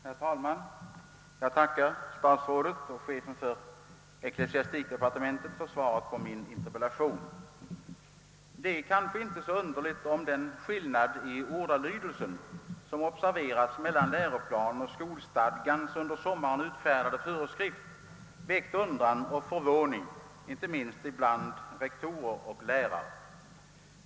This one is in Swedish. Herr talman! Jag tackar statsrådet och chefen för ecklesiastikdepartementet för svaret på min interpellation. Det är kanske inte så underligt om den skillnad i ordalydelse som observerats mellan läroplanen och skolstadgans under sommaren utfärdade föreskrift väckt undran och förvåning, inte minst bland rektorer och lärare.